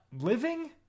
living